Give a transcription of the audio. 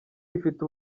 ifite